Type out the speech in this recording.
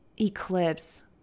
eclipse